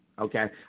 okay